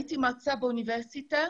הייתי מרצה באוניברסיטה.